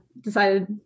decided